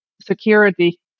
security